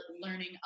learning